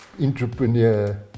entrepreneur